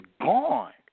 gone